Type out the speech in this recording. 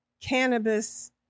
cannabis